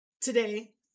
Today